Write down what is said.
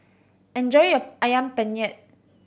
enjoy your Ayam Penyet